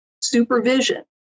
supervision